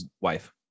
wife